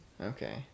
Okay